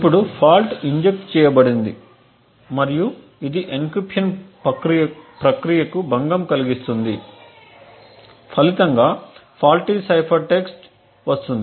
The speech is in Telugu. ఇప్పుడు ఫాల్ట్ ఇంజెక్ట్ చేయబడింది మరియు ఇది ఎన్క్రిప్షన్ ప్రక్రియకు భంగం కలిగిస్తుంది ఫలితంగా ఫాల్టీ సైఫర్ టెక్స్ట్వస్తుంది